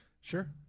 Sure